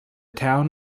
town